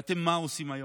ומה אתם עושים היום?